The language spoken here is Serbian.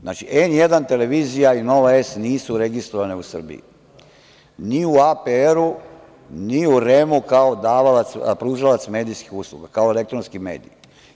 Znači, N1 televizija i Nova S nisu registrovane u Srbiji, ni u APR ni u REM-u kao pružalac medijskih usluga, kao elektronski mediji.